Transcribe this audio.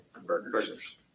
burgers